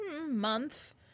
month